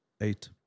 Eight